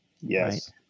yes